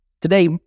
Today